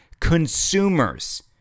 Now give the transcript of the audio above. consumers